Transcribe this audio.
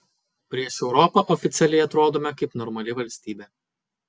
prieš europą oficialiai atrodome kaip normali valstybė